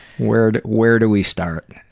where do where do we start?